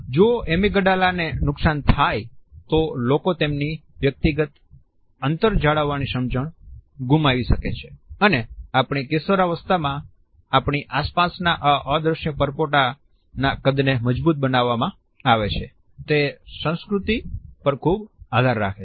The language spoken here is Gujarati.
જો એમીગડાલાને નુકસાન થાય તો લોકો તેમની વ્યક્તિગત અંતર જાળવવાની સમજણ ગુમાવી શકે છે અને આપણી કિશોરાવસ્થામાં આપણી આસપાસના આ અદ્રશ્ય પરપોટાના કદને મજબૂત બનાવવામાં આવે છે તે સંસ્કૃતિ પર ખૂબ આધાર રાખે છે